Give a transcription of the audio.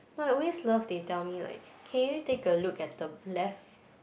no I always love they tell me like can you take a look at the left